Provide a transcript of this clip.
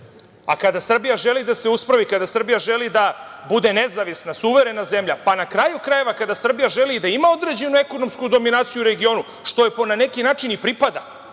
a kada Srbija želi da se uspravi, kada Srbija želi da bude nezavisna, suverena zemlja, pa na kraju krajeva kada Srbija želi da ima određenu ekonomsku dominaciju u regionu, što joj na neki način i pripada,